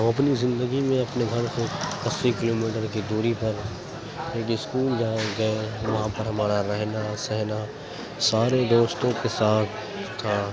ہم اپنی زندگی میں اپنے گھر سے اسی کلو میٹر کی دوری پر ایک اسکول جائے گئے وہاں پر ہمارا رہنا سہنا سارے دوستوں کے ساتھ تھا